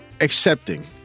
accepting